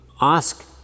ask